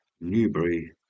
Newbury